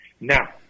Now